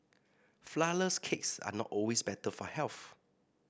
flourless cakes are not always better for health